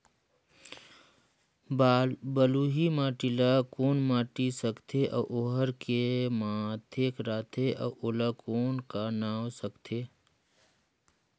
बलुही माटी ला कौन माटी सकथे अउ ओहार के माधेक राथे अउ ओला कौन का नाव सकथे?